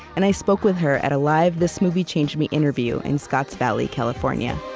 and i spoke with her at a live this movie changed me interview in scotts valley, california